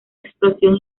explosión